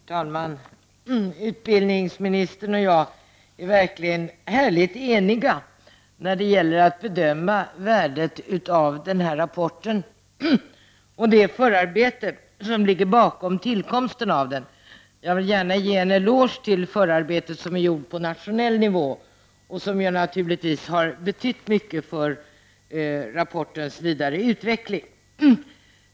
Herr talman! Utbildningsministern och jag är verkligen härligt eniga när det gäller att bedöma värdet av denna rapport och det förarbete som ligger bakom tillkomsten av den. Jag vill gärna ge en eloge till det förarbetet som är gjort på nationell nivå och som naturligtvis har betytt mycket för rapportens vidare utveckling.